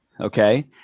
Okay